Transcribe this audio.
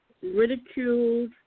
ridiculed